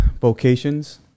vocations